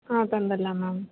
ஆ தந்துடுலாம் மேம்